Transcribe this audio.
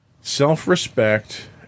self-respect